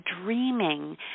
dreaming